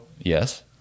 yes